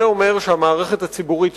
זה אומר שהמערכת הציבורית יורדת,